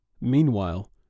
Meanwhile